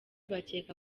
bakeka